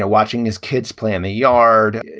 ah watching his kids play in the yard.